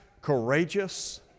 courageous